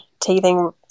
teething